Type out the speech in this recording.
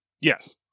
Yes